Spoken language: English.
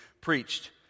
preached